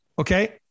Okay